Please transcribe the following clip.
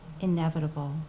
inevitable